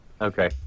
Okay